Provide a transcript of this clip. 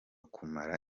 kumara